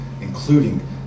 including